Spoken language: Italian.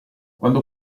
quando